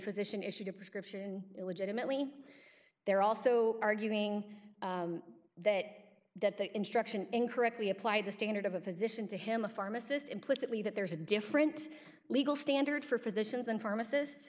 physician issued a prescription illegitimately they're also arguing that that the instruction incorrectly applied the standard of a position to him a pharmacist implicitly that there's a different legal standard for physicians and pharmacist